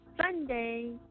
Sunday